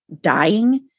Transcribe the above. dying